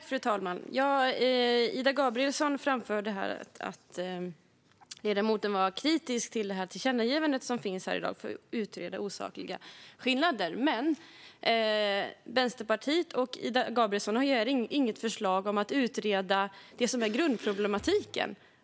Fru talman! Ida Gabrielsson framförde att hon är kritisk till tillkännagivandet om att utreda osakliga skillnader. Men Vänsterpartiet och Ida Gabrielsson har inte något förslag på att man ska utreda grundproblematiken.